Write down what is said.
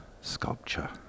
sculpture